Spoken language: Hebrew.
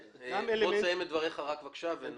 חיים, תסיים את דבריך ונמשיך.